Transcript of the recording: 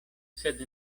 sed